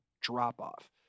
drop-off